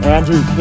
Andrew